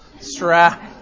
strap